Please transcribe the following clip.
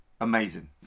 amazing